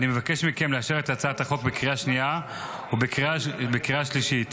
ואני מבקש מכם לאשר את הצעת החוק בקריאה השנייה ובקריאה השלישית.